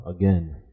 again